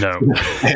No